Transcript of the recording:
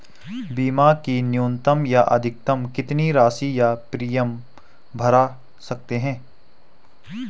बीमा की न्यूनतम या अधिकतम कितनी राशि या प्रीमियम भर सकते हैं?